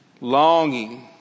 Longing